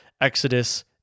Exodus